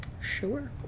sure